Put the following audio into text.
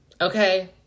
Okay